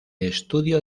estudio